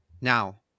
now